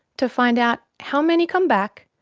to find out how many come back,